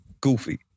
Goofy